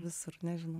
visur nežinau